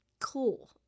Cool